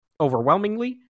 overwhelmingly